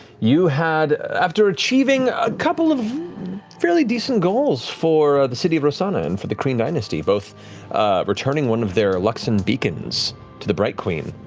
you had, after achieving a couple of fairly decent goals for the city of rosohna and for the kryn dynasty. both returning one of their luxon beacons to the bright queen,